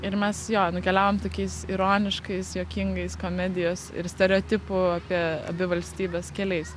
ir mes jo nukeliavom tokiais ironiškais juokingais komedijos ir stereotipų apie abi valstybes keliais